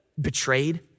betrayed